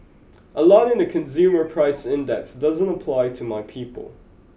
a lot in the consumer price index doesn't apply to my people